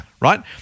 Right